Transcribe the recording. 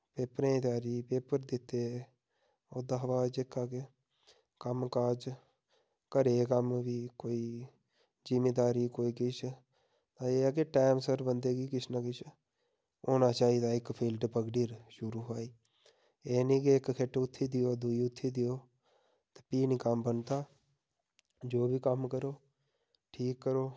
पेपरें दी त्यारी पेपर दित्ते ओह्दा हा बाद जेह्का के कम्म काज घरै दे कम्म बी कोई जिमींदारी कोई किश अजें कि टाइम सिर बन्दे गी किश न किश होना चाहिदा इक फील्ड पगड़ी रक्खनी शुरू दा ही एह् नी कि इक खिट उत्थें दी दुई उत्थु देओ ते फ्ही नी कम्म बनदा जो बी कम्म करो ठीक करो